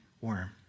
worm